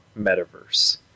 metaverse